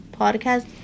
podcast